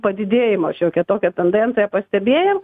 padidėjimo šiokią tokią tendenciją pastebėjom